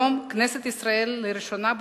היום כנסת ישראל, לראשונה בתולדותיה,